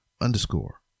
underscore